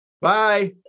Bye